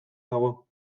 dago